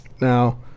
now